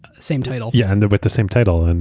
same title. yeah, and with the same title. and